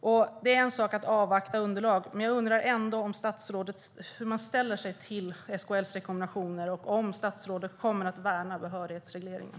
Det är en sak att avvakta underlag, men jag undrar ändå hur statsrådet ställer sig till SKL:s rekommendationer och om statsrådet kommer att värna behörighetsregleringen.